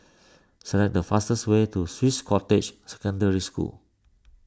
select the fastest way to Swiss Cottage Secondary School